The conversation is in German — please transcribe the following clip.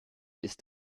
ist